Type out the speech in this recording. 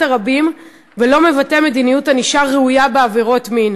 הרבים ולא מבטא מדיניות ענישה ראויה בעבירות מין.